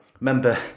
remember